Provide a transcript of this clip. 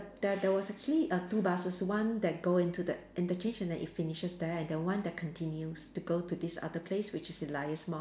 there there was actually err two buses one that go into the interchange and then it finishes there and then one that continues to go to this other place which is Elias mall